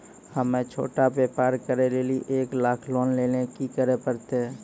हम्मय छोटा व्यापार करे लेली एक लाख लोन लेली की करे परतै?